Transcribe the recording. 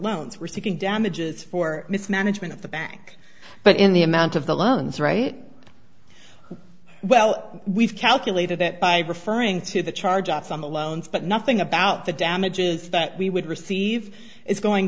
loans we're seeking damages for mismanagement of the bank but in the amount of the loans right well we've calculated that by referring to the charge on some allowance but nothing about the damages that we would receive it's going